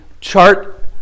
chart